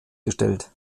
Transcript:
gestellt